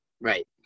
Right